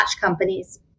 companies